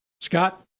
Scott